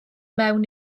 mewn